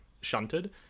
shunted